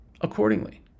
accordingly